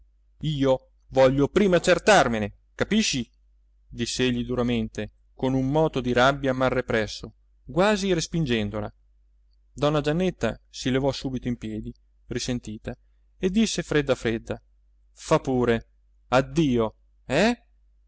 io voglio prima accertarmene capisci diss'egli duramente con un moto di rabbia mal represso quasi respingendola donna giannetta si levò subito in piedi risentita e disse fredda fredda fa pure addio eh